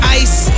ice